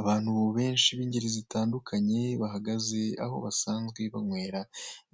Abantu benshi b'ingeri zitandukanye bahagaze aho basanzwe banywera